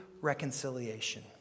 reconciliation